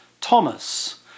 Thomas